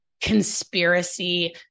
conspiracy